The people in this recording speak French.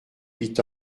huit